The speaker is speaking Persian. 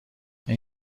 این